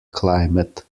climate